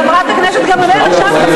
חברת הכנסת גילה גמליאל, נא לסיים.